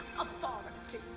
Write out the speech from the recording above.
authority